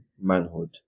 manhood